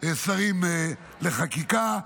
שרים לחקיקה,